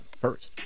First